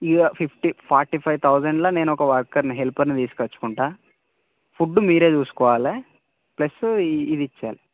ఇక fifty forty five తౌజండ్లా నేను ఒక వర్కర్ని హెల్పర్ని తీసుకొచ్చుకుంటా ఫుడ్ మీరే చూసుకోవాలె ప్లస్ ఇది ఇచ్చేయాలి